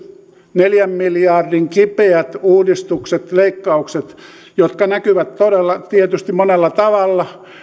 neljän miljardin kipeät uudistukset leikkaukset jotka näkyvät tietysti monella tavalla